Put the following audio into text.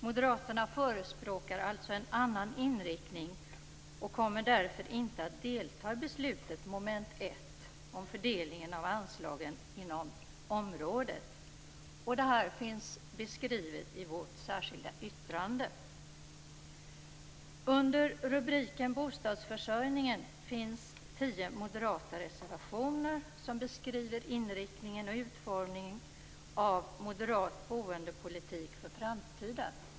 Moderaterna förespråkar alltså en annan inriktning och kommer därför inte att delta i beslutet under mom. 1 om fördelningen av anslagen inom område 18. Detta finns beskrivet i vårt särskilda yttrande. Under rubriken Bostadsförsörjningen finns tio moderata reservationer som beskriver inriktningen och utformningen av en moderat boendepolitik för framtiden.